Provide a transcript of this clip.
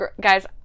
guys